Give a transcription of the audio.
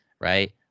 right